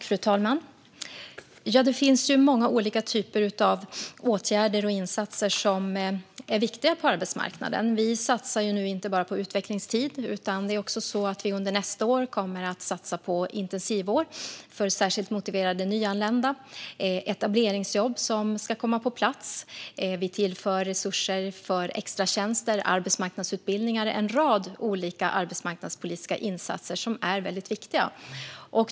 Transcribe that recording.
Fru talman! Det finns många olika typer av åtgärder och insatser som är viktiga på arbetsmarknaden. Vi satsar inte bara på utvecklingstid, utan vi kommer under nästa år att satsa på intensivår för särskilt motiverade nyanlända. Etableringsjobb ska komma på plats. Vi tillför resurser för extratjänster och arbetsmarknadsutbildningar. Det är en rad olika arbetsmarknadspolitiska insatser som är viktiga.